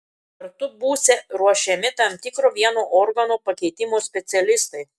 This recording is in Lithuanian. kartu būsią ruošiami tam tikro vieno organo pakeitimo specialistai